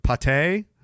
Pate